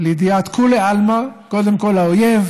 לידיעת כולי עלמא, קודם כול האויב,